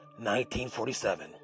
1947